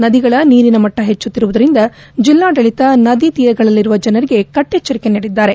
ನದಿಗಳ ನೀರಿನ ಮಟ್ಟ ಹೆಚ್ಚುತ್ತಿರುವುದರಿಂದ ಜಿಲ್ಲಾಡಳಿತ ನದಿ ತೀರಗಳಲ್ಲಿನ ಜನರಿಗೆ ಕಟ್ಟೆಚ್ಡರಿಕೆ ನೀಡಿದ್ದಾರೆ